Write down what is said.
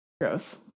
gross